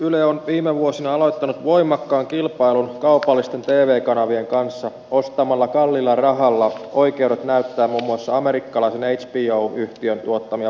yle on viime vuosina aloittanut voimakkaan kilpailun kaupallisten tv kanavien kanssa ostamalla kalliilla rahalla oikeudet näyttää muun muassa amerikkalaisen hbo yhtiön tuottamia populaarikulttuurisarjoja